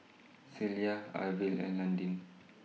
Celia Arvil and Londyn